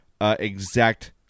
exact